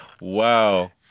Wow